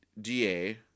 DA